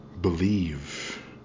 believe